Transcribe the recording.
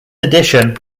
addition